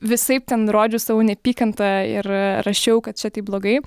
visaip ten rodžiau savo neapykantą ir rašiau kad čia taip blogai